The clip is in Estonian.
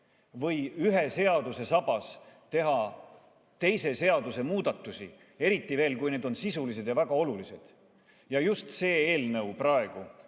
teha ühe seaduse sabas teise seaduse muudatusi, eriti veel, kui need on sisulised ja väga olulised. See eelnõu praegu